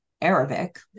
Arabic